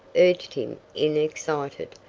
urged him in excited,